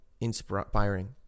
inspiring